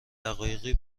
دقایقی